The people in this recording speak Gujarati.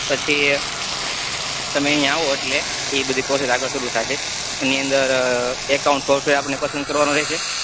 પછી તમે ઈયાં આવો એટલે એ બધી પ્રોસેસ આગળ શરૂ થાશે એની અંદર એકાઉન્ટ સોર્સ હોય એ આપણને પસંદ કરવાનો રેશે